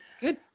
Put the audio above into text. Good